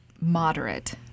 moderate